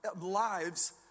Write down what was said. lives